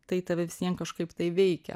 tai tave vis vien kažkaip tai veikia